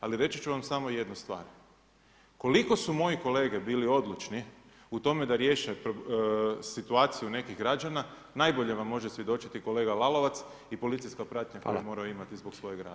Ali reći ću vam samo jednu stvar. koliko su moji kolege bili odlučni u tome da riješe situaciju nekih građana, najbolje vam može svjedočiti kolega Lalovac i policijska pratnja koju je morao imati zbog svojeg rada.